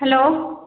hello